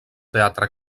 teatre